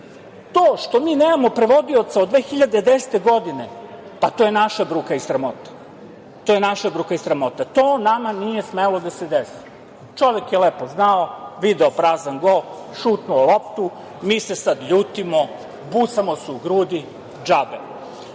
To što mi nemamo prevodioca od 2010. godine, pa to je naša bruka i sramota. To nama nije smelo da se desi. Čovek je lepo znao, video prazan gol, šutnuo loptu. Mi se sada ljutimo, busamo se u grudi.